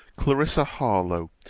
clarissa harlowe.